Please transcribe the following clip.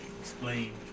Explain